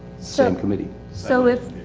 sub committee. so if,